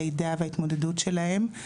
לידה וההתמודדות שלהן.